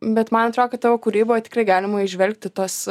bet man atrodo kad tavo kūryboj tikrai galima įžvelgti tos